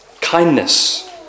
kindness